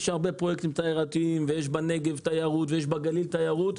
יש הרבה פרויקטים תיירותיים ויש בנגב ובגליל תיירות.